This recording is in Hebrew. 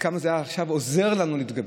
וכמה זה היה עוזר לנו להתגבר.